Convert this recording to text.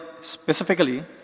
specifically